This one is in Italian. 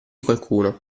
qualcuno